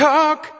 Talk